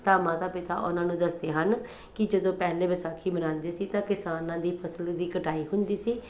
ਤਾਂ ਮਾਤਾ ਪਿਤਾ ਉਹਨਾਂ ਨੂੰ ਦੱਸਦੇ ਹਨ ਕਿ ਜਦੋਂ ਪਹਿਲੇ ਵਿਸਾਖੀ ਮਨਾਉਂਦੇ ਸੀ ਤਾਂ ਕਿਸਾਨਾਂ ਦੀ ਫਸਲ ਦੀ ਕਟਾਈ ਹੁੰਦੀ ਸੀ